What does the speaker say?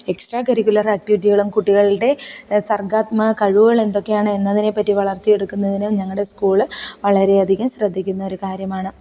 extra curricular ആക്റ്റിവിറ്റികളും കുട്ടികളുടെ സർഗാത്മക കഴിവുകൾ എന്തൊക്കെയാണ് എന്നതിനെ പറ്റി വളർത്തിയെടുക്കുന്നതിനും ഞങ്ങടെ സ്കൂള് വളരെ അധികം ശ്രദ്ധിക്കുന്ന ഒരു കാര്യമാണ്